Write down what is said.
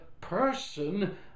person